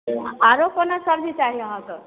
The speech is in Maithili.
आरो कोनो सबजी चाही अहाँके